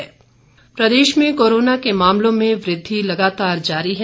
Himachal corona Pradesh में corona के मामलों में वृद्धि लगातार जारी है